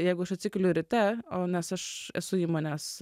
jeigu aš atsikeliu ryte o nes aš esu įmonės